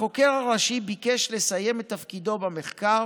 החוקר הראשי ביקש לסיים את תפקידו במחקר,